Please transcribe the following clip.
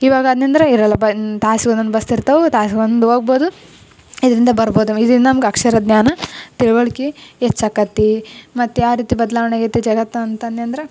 ಇವಾಗನ್ಯಂದ್ರೆ ಇರಲ್ಲ ಬನ್ ತಾಸಿಗೆ ಒಂದೊಂದು ಬಸ್ ಇರ್ತವೆ ತಾಸಿಗೆ ಒಂದು ಹೋಗ್ಬೋದು ಇದರಿಂದ ಬರ್ಬೋದು ಇದರಿಂದ ನಮ್ಗೆ ಅಕ್ಷರ ಜ್ಞಾನ ತಿಳುವಳಿಕೆ ಹೆಚ್ ಆಕತೆ ಮತ್ತೆ ಯಾವ ರೀತಿ ಬದಲಾವಣೆ ಆಗೈತೆ ಜಗತ್ತು ಅಂತನ್ಯಂದ್ರೆ